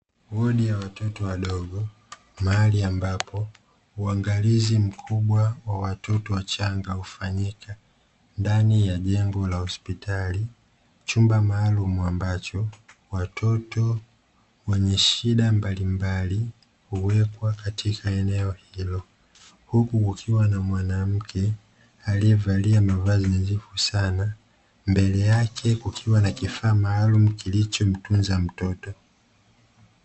Wodi ya watoto wadogo mahali ambapo uangalizi mkubwa wa watoto wachanga hufanyika, ndani ya jengo la hospitali chumba maalumu ambacho watoto wenye shida mbalimbali huwekwa katika eneo hilo, huku kukiwa na mwanamke aliyevalia mavazi nadhifu sana, mbele yake kukiwa na kifaa maalumu kilichomtunza mtoto.